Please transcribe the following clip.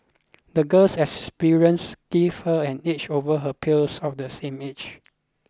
the girl's experience give her an edge over her peers of the same age